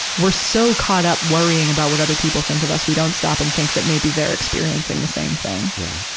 we're so caught up worrying about what other people think of us, we don't stop and think that maybe they're experiencing the same thing. yeah.